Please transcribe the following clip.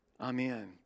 Amen